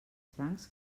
francs